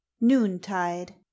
Noontide